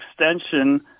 extension